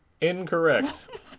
Incorrect